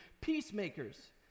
peacemakers